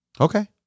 Okay